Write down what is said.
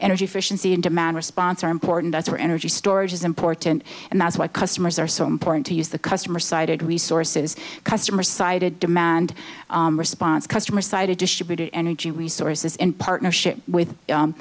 energy efficiency and demand response are important as our energy storage is important and that's why customers are so important to use the customer sited resources customer sided demand response customers cited distributed energy resources in partnership with